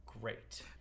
great